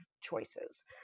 choices